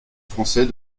français